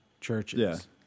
churches